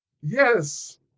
Yes